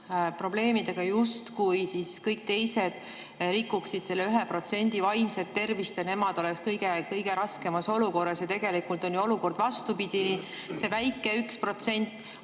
probleemidega, justkui kõik teised rikuksid selle 1% vaimset tervist ja nemad oleksid kõige raskemas olukorras. Tegelikult on olukord vastupidine: see väike 1%